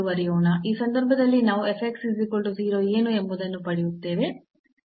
ಈ ಸಂದರ್ಭದಲ್ಲಿ ನಾವು ಏನು ಎಂಬುದನ್ನು ಪಡೆಯುತ್ತೇವೆ